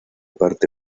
parte